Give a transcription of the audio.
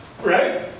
right